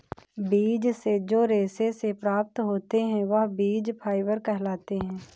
बीज से जो रेशे से प्राप्त होते हैं वह बीज फाइबर कहलाते हैं